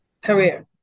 career